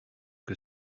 que